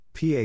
PA